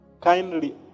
Kindly